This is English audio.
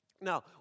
Now